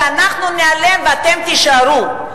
שאנחנו ניעלם ואתם תישארו.